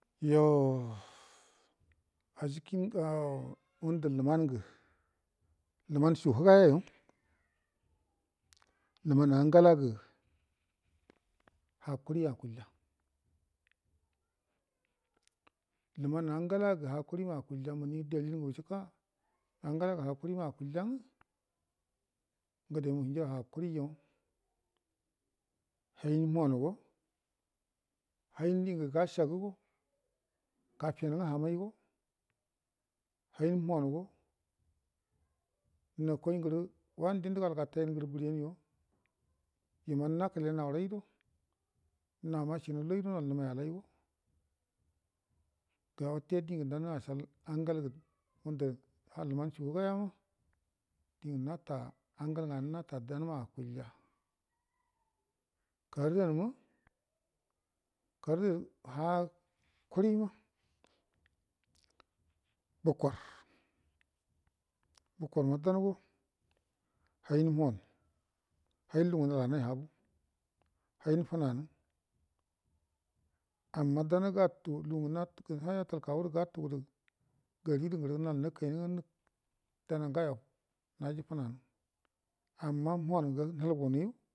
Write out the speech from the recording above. Yoh ajikin ao ngəndə luman ngə luman su həgaya yo luman angala gə hakuri akulja ləman angalagə hakuri ma akulja ngə ngədema hunja hakuriyo hain məhuwan go hain dinə gasagəgo gafengə hamaigo hain muhungo nakoingərə wandində galgateyal bəriyanyo yeman nakəle naurai ga'do nama sinə loi gədo nol nəmaiyele ga wate dingə dan asal angal gə ləman suhəga yama dingə nata angal ngənə nata dan ma akulja karran ma karrə haku ma bukor bukorma dango hain muhuwa hain lugungə nəlanai habu hain fənanə amma daŋa hayatal kagu gədə gatu gəda gari gədə ngərə nal na kainə dana ngayo naji fənanə amma muh wan gəhəl gunəyu